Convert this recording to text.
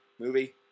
movie